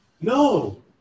no